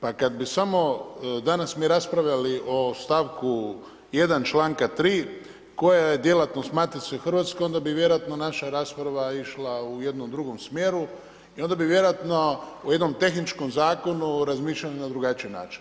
Pa kad bi samo danas mi raspravljali o stavku 1. članka 3. koja je djelatnost Matice Hrvatske, onda bi vjerojatno naša rasprava išla u jednom drugom smjeru i onda bi vjerojatno u jednom tehničkom zahtjevu razmišljali na drugačiji način.